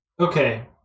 okay